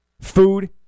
food